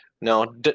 No